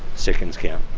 seconds count.